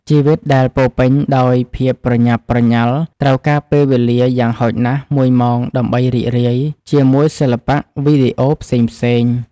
ជីវិតដែលពោរពេញដោយភាពប្រញាប់ប្រញាល់ត្រូវការពេលវេលាយ៉ាងហោចណាស់មួយម៉ោងដើម្បីរីករាយជាមួយសិល្បៈវីដេអូផ្សេងៗ។